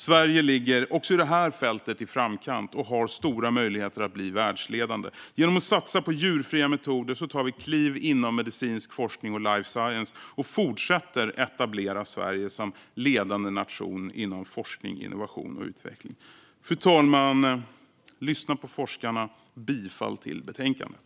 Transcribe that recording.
Sverige ligger också på det här fältet i framkant och har stora möjligheter att bli världsledande. Genom att satsa på djurfria metoder tar vi kliv inom medicinsk forskning och life science och fortsätter etablera Sverige som ledande nation inom forskning, innovation och utveckling. Fru talman! Lyssna på forskarna! Jag yrkar bifall till betänkandet.